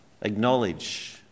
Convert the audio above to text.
Acknowledge